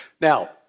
Now